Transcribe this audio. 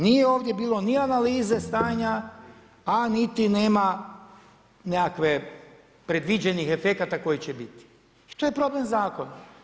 Nije ovdje bilo ni analize stanja, a niti nema nekakve predviđenih efekata koji će biti i to je problem zakon.